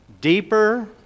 deeper